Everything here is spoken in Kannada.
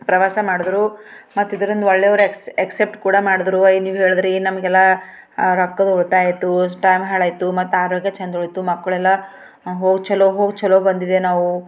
ಪ್ರವಾಸ ಮಾಡಿದ್ರು ಮತ್ತೆ ಇದರಿಂದ ಒಳ್ಳೆಯವರ ಎಕ್ಸ್ ಎಕ್ಸೆಪ್ಟ್ ಕೂಡ ಮಾಡಿದ್ರು ವೈನಿ ಹೇಳಿದ್ರಿ ನಮಗೆಲ್ಲ ರೊಕ್ಕದು ಗೊತ್ತಾಯಿತು ಸ್ಟಾನ್ ಹಾಳಾಯ್ತು ಮತ್ತೆ ಆದ್ರಾಗ ಛಂದ ಆಯಿತು ಮಕ್ಕಳೆಲ್ಲ ಹೋ ಛಲೋ ಹೋ ಛಲೋ ಬಂದಿದೆ ನಾವು